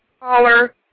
caller